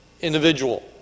individual